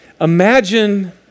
Imagine